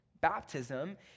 Baptism